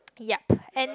yup and